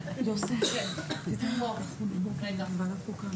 שלוש שנים כבר לא איתנו בגלל אלימות חברתית שהוא חווה.